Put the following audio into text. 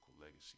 legacy